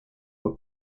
were